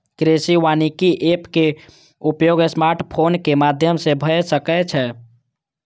कृषि वानिकी एप के उपयोग स्मार्टफोनक माध्यम सं भए सकै छै